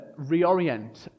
reorient